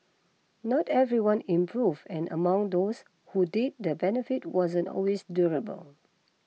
not everyone improved and among those who did the benefit wasn't always durable